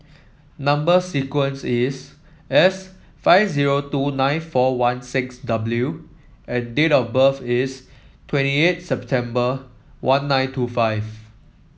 number sequence is S five zero two nine four one six